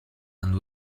and